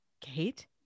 Kate